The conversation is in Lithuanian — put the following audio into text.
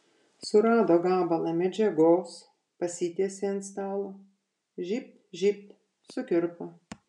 surado gabalą medžiagos pasitiesė ant stalo žybt žybt sukirpo